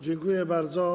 Dziękuję bardzo.